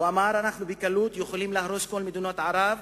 הוא אמר: אנחנו בקלות יכולים להרוס את כל מדינות ערב.